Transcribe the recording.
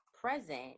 present